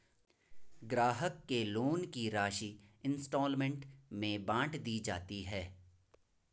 ग्राहक के लोन की राशि इंस्टॉल्मेंट में बाँट दी जाती है